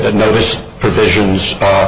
that nervous provisions